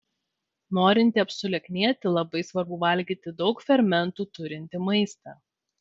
norintiems sulieknėti labai svarbu valgyti daug fermentų turintį maistą